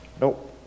nope